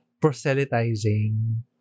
proselytizing